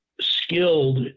skilled